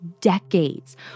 decades